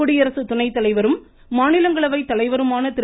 குடியரசு துணை தலைவரும் மாநிலங்களவை தலைவருமான திரு